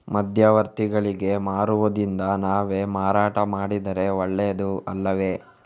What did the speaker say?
ಮಧ್ಯವರ್ತಿಗಳಿಗೆ ಮಾರುವುದಿಂದ ನಾವೇ ಮಾರಾಟ ಮಾಡಿದರೆ ಒಳ್ಳೆಯದು ಅಲ್ಲವೇ?